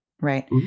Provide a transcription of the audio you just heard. right